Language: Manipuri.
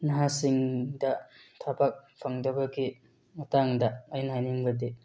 ꯅꯍꯥꯁꯤꯡꯗ ꯊꯕꯛ ꯐꯪꯗꯕꯒꯤ ꯃꯇꯥꯡꯗ ꯑꯩꯅ ꯍꯥꯏꯅꯤꯡꯕꯗꯤ